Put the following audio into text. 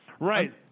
Right